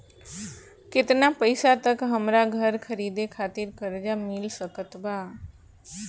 केतना पईसा तक हमरा घर खरीदे खातिर कर्जा मिल सकत बा?